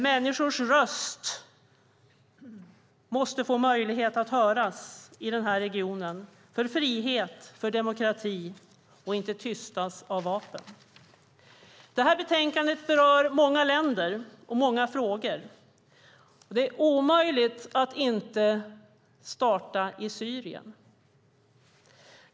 Människors röster måste få möjlighet att höras i denna region, för frihet och för demokrati, och inte tystas av vapen. Detta betänkande berör många länder och många frågor, och det är omöjligt att inte starta i Syrien.